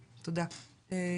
יעל,